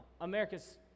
America's